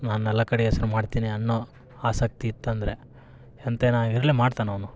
ನಾನೆಲ್ಲ ಕಡೆ ಹೆಸ್ರ್ ಮಾಡ್ತೀನಿ ಅನ್ನೋ ಆಸಕ್ತಿ ಇತ್ತಂದರೆ ಎಂತೆನಾಗಿರಲಿ ಮಾಡ್ತಾನೆ ಅವನು